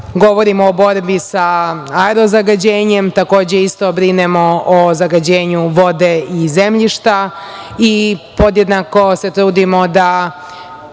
govorimo o borbi sa aerozagađenjem. Takođe isto brinemo o zagađenju vode i zemljišta i podjednako se trudimo da